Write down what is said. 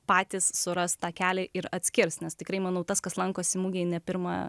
patys suras takelį ir atskirs nes tikrai manau tas kas lankosi mugėje ne pirmą